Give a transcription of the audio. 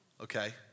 Okay